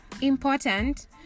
important